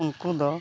ᱩᱱᱠᱩ ᱫᱚ